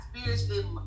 spiritually